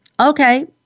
Okay